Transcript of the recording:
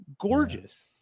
gorgeous